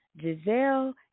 Giselle